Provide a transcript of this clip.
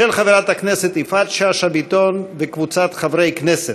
של חברת הכנסת יפעת שאשא ביטון וקבוצת חברי כנסת,